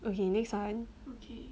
okay next [one]